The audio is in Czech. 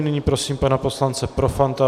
Nyní prosím pana poslance Profanta.